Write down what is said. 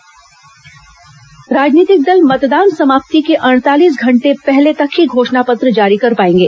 निर्वाचन आयोग घोषणा पत्र राजनीतिक दल मतदान समाप्ति के अड़तालीस घंटे पहले तक ही घोषणा पत्र जारी कर पाएंगे